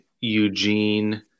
Eugene